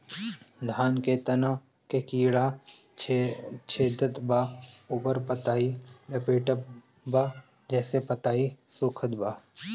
धान के तना के कीड़ा छेदत बा अउर पतई लपेटतबा जेसे पतई सूखत बा?